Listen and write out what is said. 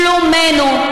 שלומנו,